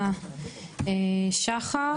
שחר.